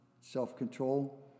self-control